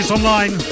Online